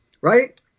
right